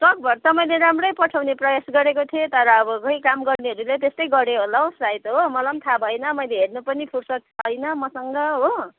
सकेभर त मैले राम्रै पठाउने प्रयास गरेको थिएँ तर अब खोइ काम गर्नेहरूले नै त्यस्तै गऱ्यो होला हौ सायद हो मलाई पनि थाहा भएन मैले हेर्नु पनि फुर्सद पाइनँ मसँग हो